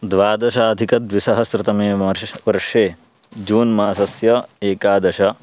द्वादशाधिकद्विसहस्रतमे वर्षे जून्मासस्य एकादश